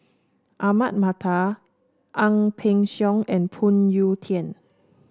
Ahmad Mattar Ang Peng Siong and Phoon Yew Tien